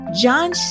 John